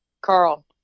Carl